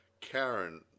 Karen